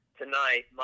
tonight